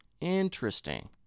Interesting